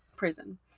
prison